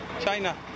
China